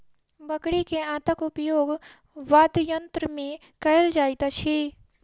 बकरी के आंतक उपयोग वाद्ययंत्र मे कयल जाइत अछि